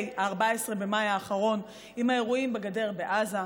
14 במאי האחרון עם האירועים בגדר בעזה,